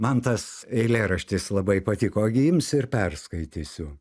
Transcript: man tas eilėraštis labai patiko gi imsiu ir perskaitysiu